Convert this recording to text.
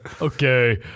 Okay